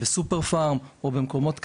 בסופרפארם או במקומות כאלה.